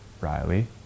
Riley